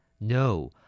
No